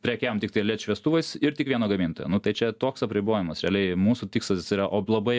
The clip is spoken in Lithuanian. prekiaujam tiktai led šviestuvais ir tik vieno gamintojo nu tai čia toks apribojimas realiai mūsų tikslas yra o labai